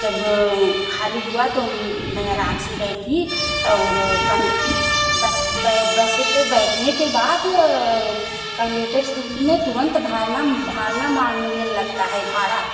जब खाली हुआ तो मैं आराम से बैठी और कन्डक बस बै बसे पे बैठने के बाद कन्डेटर से ने तुरंत भारना भारना माँगने लगता है भाड़ा